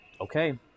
okay